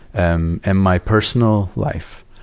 and and my personal life.